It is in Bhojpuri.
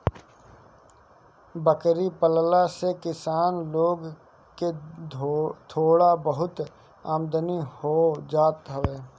बकरी पालला से किसान लोग के थोड़ा बहुत आमदनी हो जात हवे